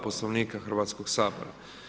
Poslovnika Hrvatskog sabora.